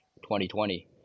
2020